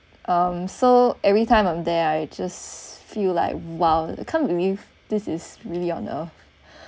um so everytime I'm there I just feel like !wow! I can't believe this is really on earth